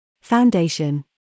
Foundation